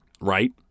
Right